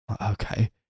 Okay